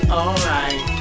alright